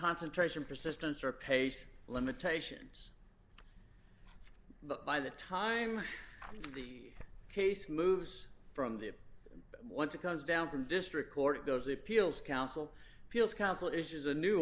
concentration persistence or pace limitations but by the time the case moves from there once it comes down from district court it goes the appeals council appeals council issues a new